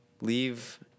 leave